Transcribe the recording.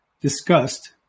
discussed